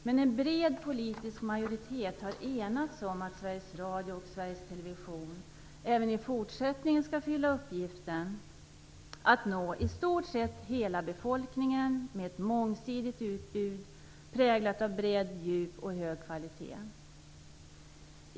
Men en bred politisk majoritet har enats om att Sveriges Radio och Sveriges Television även i fortsättningen skall fylla uppgiften att nå i stort sett hela befolkningen med ett mångsidigt utbud präglat av bredd, djup och hög kvalitet.